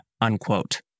Unquote